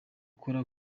ikora